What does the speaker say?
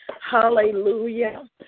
hallelujah